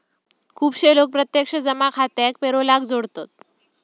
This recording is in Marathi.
खुपशे लोक प्रत्यक्ष जमा खात्याक पेरोलाक जोडतत